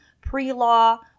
pre-law